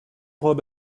robe